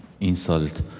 insult